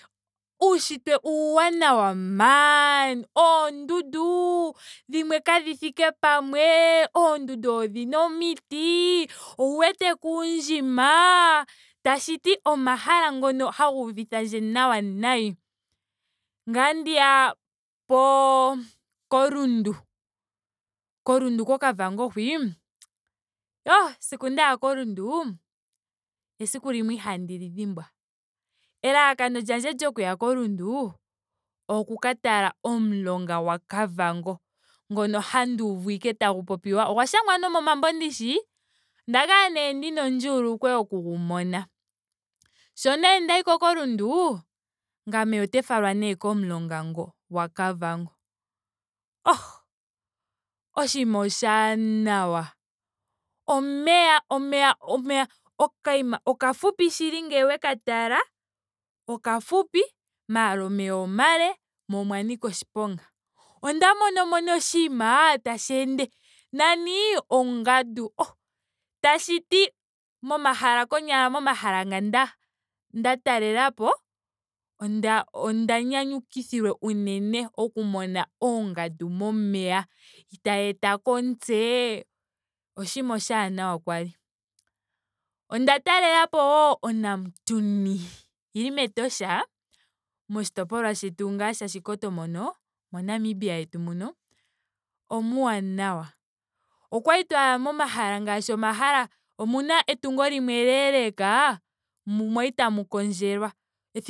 Uunshitwe uuwanawa maan. oondundu. dhimwe kadhi thike pamwe. oondundu odhina omiti. owu weteke uundjima. tashiti omahala ngoka haga uvithandje nawa nayi. Ngame otandiya po- ko rundu. ko rundu ko kavango hwii. oh esiku ndaya ko rundu. esiku limwe ihaandi li dhimbwa. Elalakano lyandje okuya ko rundu oku ka tala omulonga gwa kavango. ngono handi uvu ashike tagu popiwa. Ogwa shangwa nomomambo ndishi. onda kala nee ndina ondjuulukwe yoku gu mona. Sho nee ndayi ko rundu. ngame ote falwa nee komulonga ngo gwa kavango. oh! Oshinima oshaanawa. omeya omeya omeya. okanima okafupi shili ngele weka tala. okafupi. maara omeya omale mo omwa nika oshiponga onda mono mo nee oshinima tashi ende. nani ongandu. oh tashiti konyala momahala nga nda- nda talelapo. onda onda nyanyukithilwe unene oku mona oongandu momeya. tayi etako omutse. oshinima oshaanawa kwali. Onda talelapo wo onamutuni. yili metosha. moshitopolwa shetu ngaa sha oshikoto mono. mo namibia yetu muno. omuuwanawa. Okwali twaya momahala ngaashi omahala. omuna etungo limwe eleleleka mu kwali tamu kondjelwa ethimbo